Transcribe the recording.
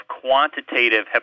quantitative